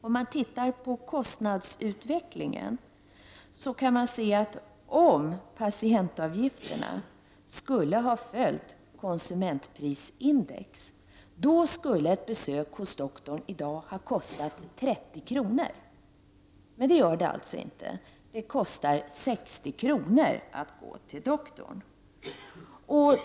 Om man tittar på kostnadsutvecklingen kan man se att om patientavgifterna skulle ha följt konsumentprisindex, skulle ett besök hos doktorn i dag ha kostat 30 kr. Men det gör det alltså inte, det kostar 60 kr. att gå till doktorn.